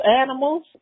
animals